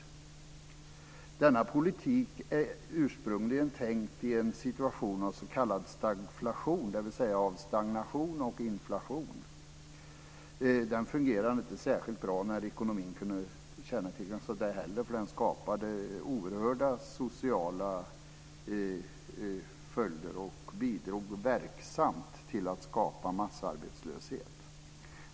Denna politik är ursprungligen tänkt i en situation av s.k. stagflation, dvs. av stagnation och inflation. Den har visat sig inte fungera särskilt bra för ekonomin. Den skapade oerhörda sociala följder och bidrog verksamt till att skapa massarbetslöshet.